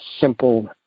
simple